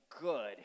good